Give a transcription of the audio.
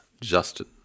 Justin